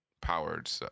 powered